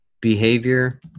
behavior